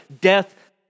death